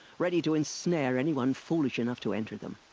ready to ensnare anyone foolish enough to enter them.